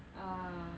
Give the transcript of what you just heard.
uh